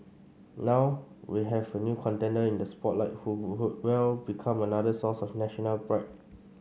now we have a new contender in the spotlight who well become another source of national pride